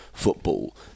football